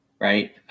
right